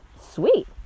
sweet